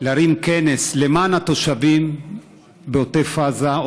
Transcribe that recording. להרים כנס למען התושבים בעוטף עזה,